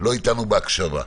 לא אתנו בהקשבה.